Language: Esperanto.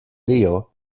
dio